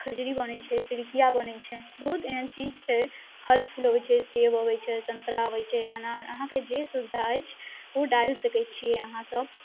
खजरी बनै छै पिड़िकिआ बनै छै बहुत एहन चीज छै फल फूल अबै छै सेब अबै छै सन्तरा अबै छै अनार अहाँके जे सुविधा अछि ओ डालि सकै छिए अहाँसब